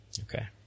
Okay